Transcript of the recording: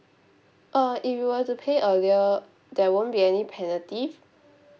uh if you were to pay earlier there won't be any penalty